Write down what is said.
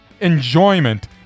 enjoyment